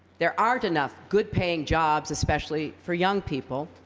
there aren't enough good-paying jobs, especially for young people.